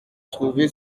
trouver